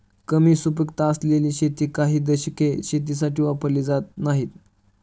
कमी सुपीकता असलेली शेती काही दशके शेतीसाठी वापरली जात नाहीत